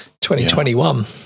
2021